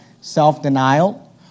self-denial